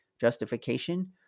justification